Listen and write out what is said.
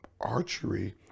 archery